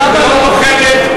ללא תועלת,